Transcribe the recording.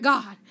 God